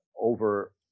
over